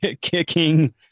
kicking